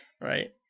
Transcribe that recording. Right